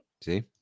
See